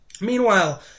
Meanwhile